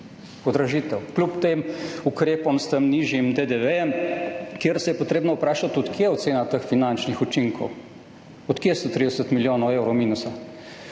Podražitev kljub tem ukrepov s tem nižjim DDV, kjer se je potrebno vprašati, od kje ocena teh finančnih učinkov. Od kje 130 milijonov evrov minusa?